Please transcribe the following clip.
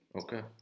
Okay